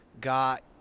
got